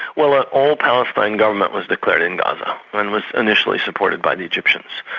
well an all-palestine government was declared in gaza, and was initially supported by the egyptians,